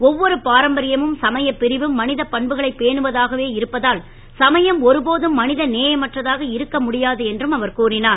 ஒவ்வொரு பாரம்பரியமும் சமயப் பிரிவும் மனிதப் பண்புகளைப் பேணுவதாக இருப்பதால் சமயம் ஒருபோதும் மனித நேயமற்றதாக இருக்க முடியாது என்றார்